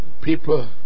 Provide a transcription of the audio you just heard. People